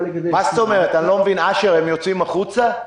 אשר, הם יוצאים החוצה?